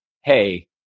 hey